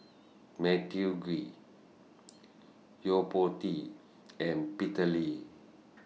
Matthew Ngui Yo Po Tee and Peter Lee